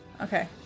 Okay